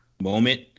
moment